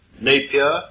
Napier